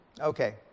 Okay